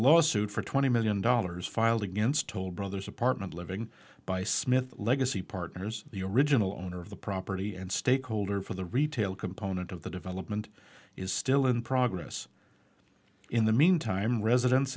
lawsuit for twenty million dollars filed against toll brothers apartment living by smith legacy partners the original owner of the property and stakeholder for the retail component of the development is still in progress in the meantime residents